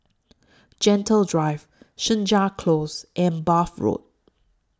Gentle Drive Senja Close and Bath Road